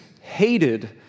hated